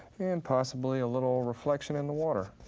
and possibly a little reflection in the water.